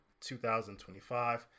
2025